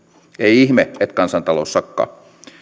ihme että kansantalous sakkaa